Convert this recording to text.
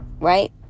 Right